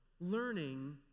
learning